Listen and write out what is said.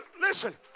Listen